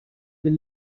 they